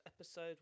episode